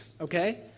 okay